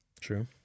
True